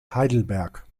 heidelberg